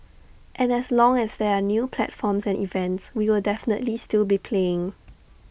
and as long as there are new platforms and events we will definitely still be playing